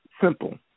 simple